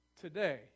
Today